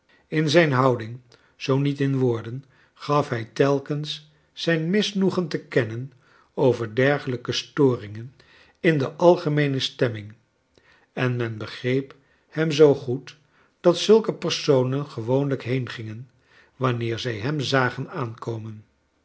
in zijn houding zoo niet in woorden gaf hij teikens zijn misnoegen te kennen over dergelijke storingen in de algemeene stemming en men begreep hem zoo goed dat zulke personen gewoonlijk heengingen wanneer zij hem zagen aankomen